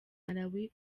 malawi